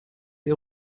ihr